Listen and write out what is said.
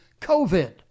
COVID